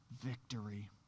victory